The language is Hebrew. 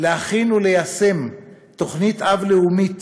להכין וליישם תוכנית-אב לאומית